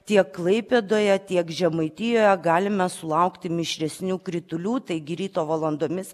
tiek klaipėdoje tiek žemaitijoje galime sulaukti mišresnių kritulių taigi ryto valandomis